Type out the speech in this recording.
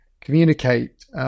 communicate